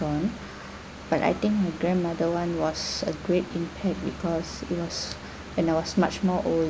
one but I think my grandmother one was a great impact because it was and I was much more older